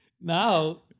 now